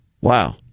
Wow